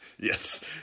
Yes